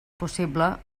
possible